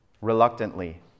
Reluctantly